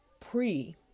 pre